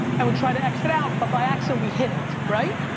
and we try to exit out, but by accident we hit it, right?